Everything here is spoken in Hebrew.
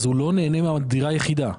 הוא לא נהנה מהטבת הדירה היחידה.